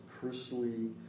personally